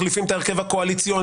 מחליפים את ההרכב הקואליציוני,